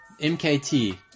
MKT